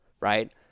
right